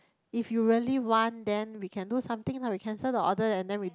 if you really want then we can do something lah we cancel the order and then we